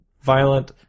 violent